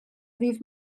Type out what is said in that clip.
ddydd